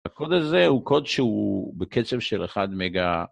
הקוד הזה הוא קוד שהוא בקצב של 1 מגה.